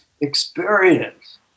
experience